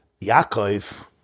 Yaakov